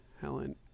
helen